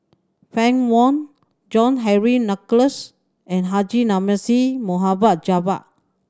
Fann Wong John Henry Duclos and Haji Namazie Mohd Javad